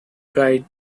guide